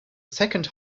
second